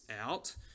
out